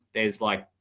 there's like